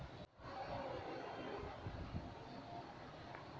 तटीय क्षेत्रक लोकसभ के संकट प्रबंधनक लेल प्रशिक्षित कयल गेल